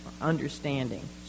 understanding